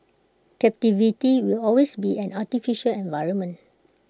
captivity will always be an artificial environment